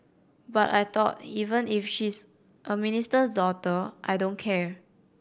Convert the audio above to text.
but I thought even if she's a minister's daughter I don't care